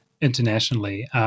internationally